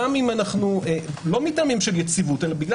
גם אם אנו לא מטעמים של יציבות בגלל